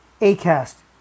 Acast